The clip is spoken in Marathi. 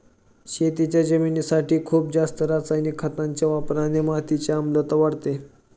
शेतीच्या जमिनीसाठी खूप जास्त रासायनिक खतांच्या वापराने मातीची आम्लता वाढते